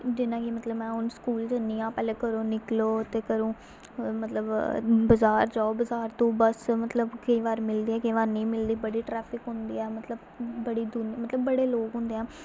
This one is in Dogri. जि'यां की मतलब में हून स्कूल ज'न्नी आं पैह्लें घरो निकलो ते घरो मतलब बाजार जाओ बाजार तो बस्स मतलब केईं बार मिलदी ते केईं बारी नेईं बड़ी ट्रैफिक होंदी ऐ ते मतलब बड़े दून मतलब बड़े लोग होंदे ऐ